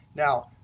now,